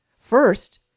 First